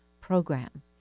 program